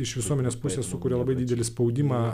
iš visuomenės pusės sukuria labai didelį spaudimą